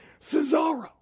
Cesaro